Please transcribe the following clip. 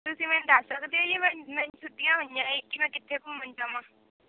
ਤੁਸੀਂ ਮੈਨੂੰ ਦੱਸ ਸਕਦੇ ਹੋ ਜੀ ਮਨ ਮੈਨੂੰ ਛੁੱਟੀਆਂ ਹੋਈਆਂ ਏ ਕਿ ਮੈਂ ਕਿੱਥੇ ਘੁੰਮਣ ਜਾਵਾਂ